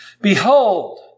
Behold